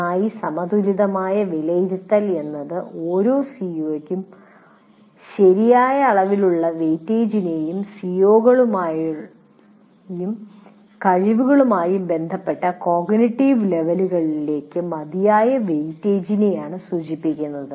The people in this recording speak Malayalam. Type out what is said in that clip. നന്നായി സമതുലിതമായ വിലയിരുത്തൽ എന്നത് ഓരോ സിഒയ്ക്കും ശരിയായ അളവിലുള്ള വെയിറ്റേജിനെയും സിഒകളുമായും കഴിവുകളുമായും ബന്ധപ്പെട്ട കോഗ്നിറ്റീവ് ലെവലുകൾക്ക് മതിയായ വെയിറ്റേജിനെയാണ് സൂചിപ്പിക്കുന്നത്